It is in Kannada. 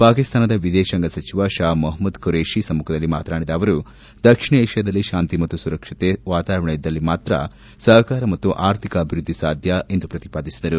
ಪಾಕಿಸ್ತಾನದ ವಿದೇಶಾಂಗ ಸಚಿವ ಷಾ ಮೆಹಮೂದ್ ಖುರೇಷಿ ಸಮ್ಮುಖದಲ್ಲಿ ಮಾತನಾಡಿದ ಅವರು ದಕ್ಷಿಣ ಏಷ್ಯಾದಲ್ಲಿ ಶಾಂತಿ ಮತ್ತು ಸುರಕ್ಷಿತ ವಾತಾವರಣವಿದ್ದಲ್ಲಿ ಮಾತ್ರ ಸಹಕಾರ ಮತ್ತು ಆರ್ಥಿಕ ಅಭಿವೃದ್ದಿ ಸಾಧ್ಯ ಎಂದು ಹೇಳದರು